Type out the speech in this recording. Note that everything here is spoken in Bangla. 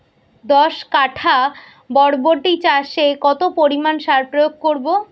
দশ কাঠা বরবটি চাষে কত পরিমাণ সার প্রয়োগ করব?